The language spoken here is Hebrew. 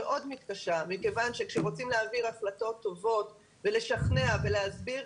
אני מאוד מתקשה כיוון שכאשר רוצים להעביר החלטות טובות ולשכנע ולהסביר,